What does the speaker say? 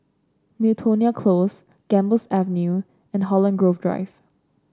Miltonia Close Gambas Avenue and Holland Grove Drive